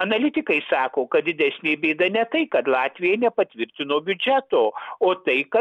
analitikai sako kad didesnė bėda ne tai kad latvija nepatvirtino biudžeto o tai kad